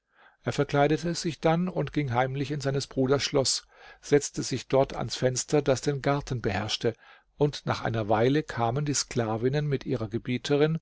er verkleidete sich dann und ging heimlich in seines bruders schloß setzte sich dort ans fenster das den garten beherrschte und nach einer weile kamen die sklavinnen mit ihrer gebieterin